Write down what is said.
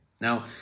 Now